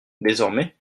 désormais